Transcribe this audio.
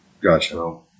Gotcha